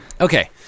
Okay